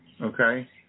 Okay